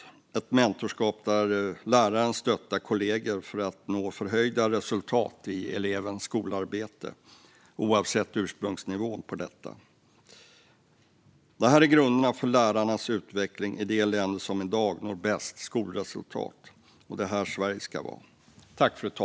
Det handlar om mentorskap där läraren stöttar kollegor för att nå höjda resultat i elevens skolarbete oavsett ursprungsnivån på detta. Detta är grunderna för lärarnas utveckling i de länder som i dag når bäst skolresultat, och det är där Sverige ska vara.